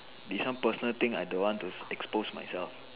this one personal thing I don't to expose myself